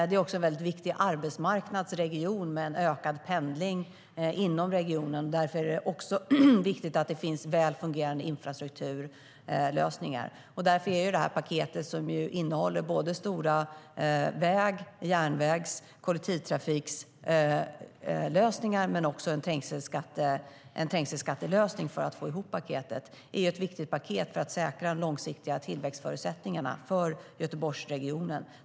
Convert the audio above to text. Det är också en viktig arbetsmarknadsregion med ökad pendling inom regionen, och därför är det viktigt att det finns väl fungerande infrastrukturlösningar. Därför är detta paket, som innehåller stora såväl väg och järnvägs som kollektivtrafiklösningar - och en trängselskattelösning för att få ihop det - ett viktigt paket för att säkra de långsiktiga tillväxtförutsättningarna för Göteborgsregionen.